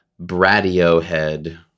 Bradiohead